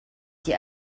die